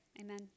Amen